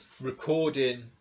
recording